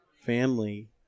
family